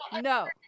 No